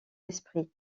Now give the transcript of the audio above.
esprit